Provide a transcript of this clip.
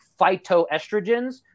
phytoestrogens